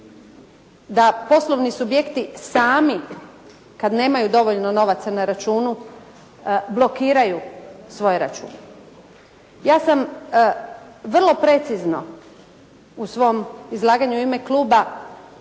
da poslovni subjekti sami kada nemaju dovoljno novaca na računu blokiraju svoj račun. Ja sam vrlo precizno u svom izlaganju u ime kluba